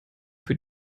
für